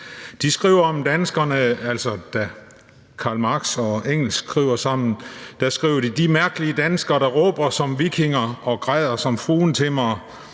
man skulle forholde sig til det. Da Karl Marx og Engels skriver sammen, skriver de om danskerne: De mærkelige danskere, der råber som vikinger og græder som fruentimmere.